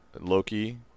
Loki